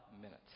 minutes